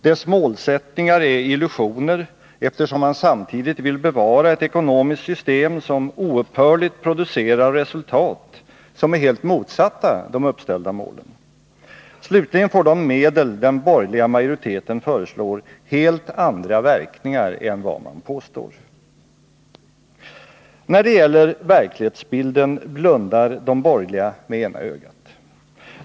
Dess målsättningar är illusioner, eftersom man samtidigt vill bevara ett ekonomiskt system som oupphörligt producerar resultat som är helt motsatta de uppställda målen. Slutligen får de medel den borgerliga majoriteten föreslår helt andra verkningar än vad man påstår. När det gäller verklighetsbilden blundar de borgerliga med ena ögat.